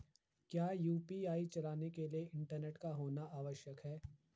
क्या यु.पी.आई चलाने के लिए इंटरनेट का होना आवश्यक है?